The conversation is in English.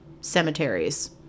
cemeteries